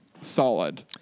solid